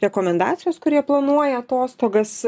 rekomendacijos kurie planuoja atostogas